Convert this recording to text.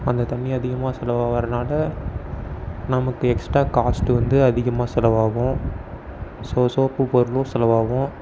அந்த தண்ணி அதிகமாக செலவாகிறனால நமக்கு எக்ஸ்ட்ரா காஸ்ட் வந்து அதிகமாக செலவாகும் ஸோ சோப்பும் பொருளும் செலவாகும்